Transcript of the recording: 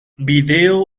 video